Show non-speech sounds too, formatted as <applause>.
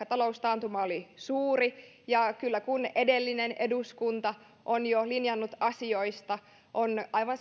<unintelligible> taloustaantuma oli suuri ja kyllä kun edellinen eduskunta on jo linjannut asioista yli puoluerajojen on aivan <unintelligible>